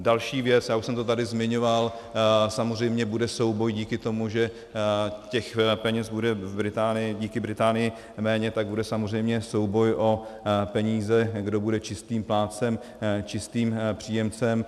Další věc, už jsem to tady zmiňoval, samozřejmě bude souboj díky tomu, že peněz bude díky Británii méně, tak bude samozřejmě souboj o peníze, kdo bude čistým plátcem, čistým příjemcem.